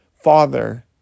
Father